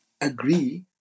agree